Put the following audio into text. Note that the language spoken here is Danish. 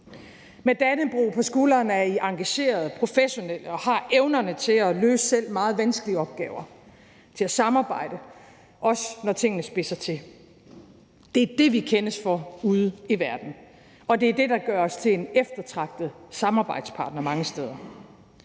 Med Dannebrog på skulderen er I engagerede, professionelle og har evnerne til at løse selv meget vanskelige opgaver – og til at samarbejde, også når tingene spidser til. Det er det, vi kendes for ude i verden, og det er det, der gør os til en eftertragtet samarbejdspartner mange steder.